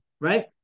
right